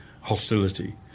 hostility